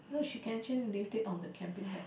no she can actually lift it on the camping bag